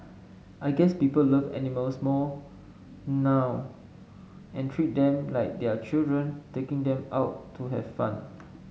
I guess people love animals more now and treat them like their children taking them out to have fun